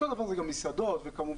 כולם